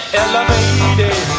elevated